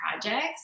projects